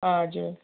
हजुर